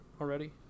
already